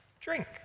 drink